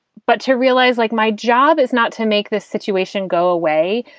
but to realize, like, my job is not to make this situation go away,